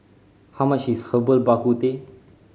how much is Herbal Bak Ku Teh